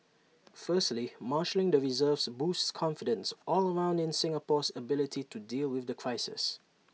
firstly marshalling the reserves boosts confidence all around in Singapore's ability to deal with the crisis